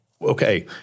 okay